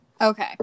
okay